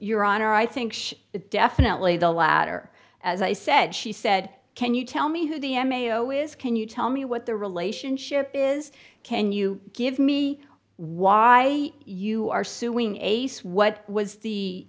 your honor i think it definitely the latter as i said she said can you tell me who the m a o is can you tell me what the relationship is can you give me why you are suing a sweat was the